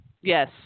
Yes